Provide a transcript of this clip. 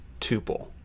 tuple